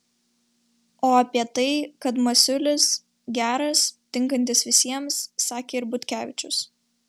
o apie tai kad masiulis geras tinkantis visiems sakė ir butkevičius